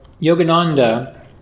Yogananda